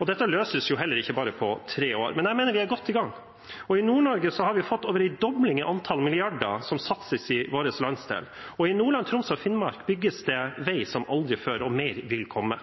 år. Dette løses heller ikke på bare tre år, men jeg mener vi er godt i gang. I Nord-Norge har vi fått over en dobling av antall milliarder som satses i vår landsdel. Og i Nordland, Troms og Finnmark bygges det vei som aldri før, og mer vil komme.